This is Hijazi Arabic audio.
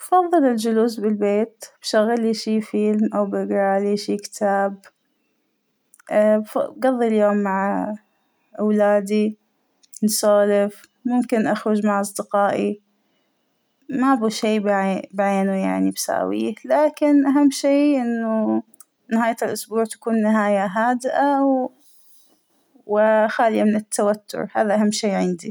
أفضل الجلوس بالبيت بشغلى شى فيلم أو بقرالى شى كتاب ، اا- بقضى اليوم مع أولادى نسولف ، ممكن أخرج مع أصدقائى ، مأبى شى بعينه يعنى بساويه لكن أهم شى إنه نهاية الإسبوع تكون نهاية هادئة واا- وخالية من التوتر هذا أهم شى عندى.